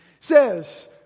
says